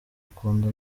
akunda